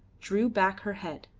drew back her head.